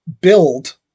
build